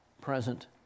present